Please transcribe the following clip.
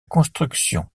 construction